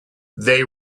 they